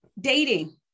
Dating